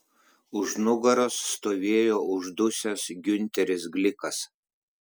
už nugaros stovėjo uždusęs giunteris glikas